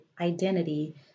identity